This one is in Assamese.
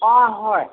অঁ হয়